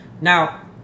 Now